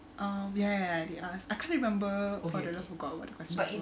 uh ya ya ya they asked I can't remember what the questions were